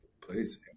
Please